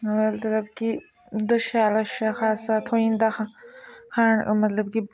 मतलब कि उद्धर शैल अच्छा खासा थ्होई जंदा खाने मतलब कि